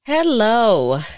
Hello